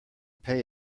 pay